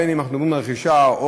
בין שמדברים על רכישה,